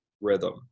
rhythm